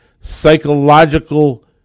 psychological